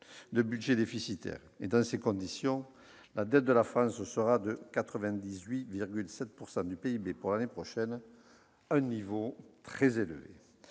de budgets déficitaires ? Dans ces conditions, la dette de la France sera de 98,7 % du PIB pour l'année prochaine, un niveau très élevé.